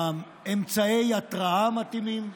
אמצעי התרעה מתאימים,